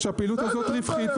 שהפעילות הזאת רווחית,